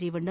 Revanna